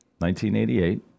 1988